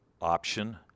option